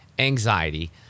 Anxiety